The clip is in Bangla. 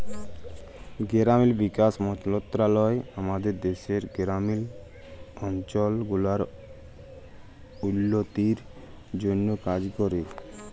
গেরামিল বিকাশ মলত্রলালয় আমাদের দ্যাশের গেরামিল অলচল গুলার উল্ল্য তির জ্যনহে কাজ ক্যরে